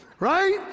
Right